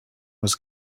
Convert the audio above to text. was